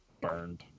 burned